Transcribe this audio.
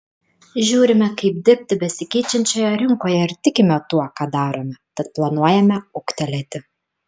žiūrime kaip dirbti besikeičiančioje rinkoje ir tikime tuo ką darome tad planuojame ūgtelėti